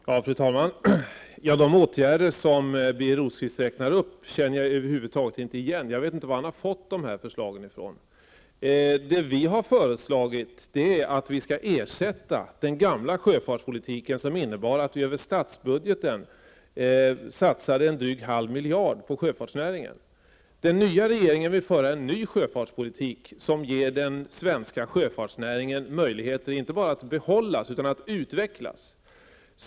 Fru talman! De åtgärder som Birger Rosqvist räknade upp känner jag över huvud taget inte till. Jag vet inte var han har fått dessa förslag ifrån. Vi har föreslagit att den gamla sjöfartspolitiken, som innebar att man via budgeten satsade drygt en halv miljard på sjöfartsnäringen, skall ersättas. Den nya regeringen vill föra en ny sjöfartspolitik som ger den svenska sjöfartsnäringen möjligheter, inte bara att bevaras utan även att utvecklas.